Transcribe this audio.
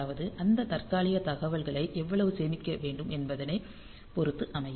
அதாவது அந்த தற்காலிக தகவல்களை எவ்வளவு சேமிக்க வேண்டும் என்பதனை பொருத்து அமையும்